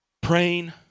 Praying